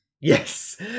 Yes